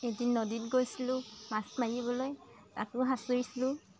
এদিন নদীত গৈছিলোঁ মাছ মাৰিবলৈ তাতো সাঁতুৰিছিলোঁ